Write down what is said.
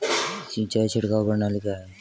सिंचाई छिड़काव प्रणाली क्या है?